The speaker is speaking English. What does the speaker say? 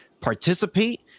participate